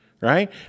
right